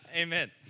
Amen